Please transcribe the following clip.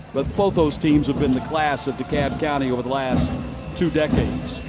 but both teams have been the class of de kalb county over the last two decades.